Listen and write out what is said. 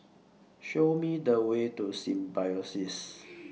Show Me The Way to Symbiosis